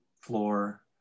floor